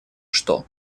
что